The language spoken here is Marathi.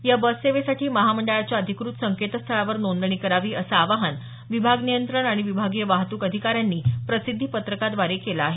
या बससेवेसाठी महामंडळाच्या अधिकृत संकेतस्थळावर नोंदणी करावी असं आवाहन विभाग नियंत्रण आणि विभागीय वाहतुक अधिकाऱ्यांनी प्रसिद्धी पत्रकाद्वारे केलं आहे